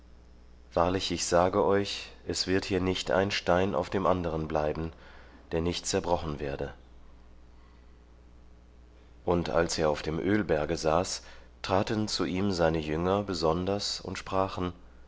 wahrlich ich sage euch es wird hier nicht ein stein auf dem anderen bleiben der nicht zerbrochen werde und als er auf dem ölberge saß traten zu ihm seine jünger besonders und sprachen